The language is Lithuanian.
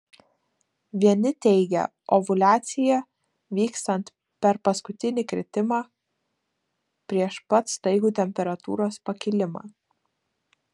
vieni teigia ovuliaciją vykstant per paskutinį kritimą prieš pat staigų temperatūros pakilimą